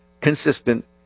consistent